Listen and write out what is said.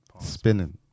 Spinning